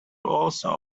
also